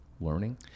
learning